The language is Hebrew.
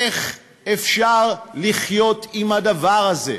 איך אפשר לחיות עם הדבר הזה?